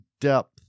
depth